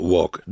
Walk